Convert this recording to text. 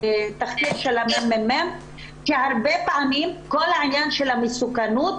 בתחקיר של מרכז המחקר כי הרבה פעמים כי העניין של המסוכנות,